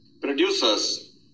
Producers